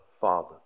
Father